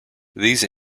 these